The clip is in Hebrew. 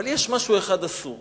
אבל יש משהו אחד אסור.